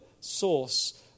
source